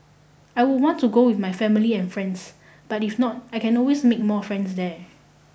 I would want to go with my family and friends but if not I can always make more friends there